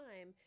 time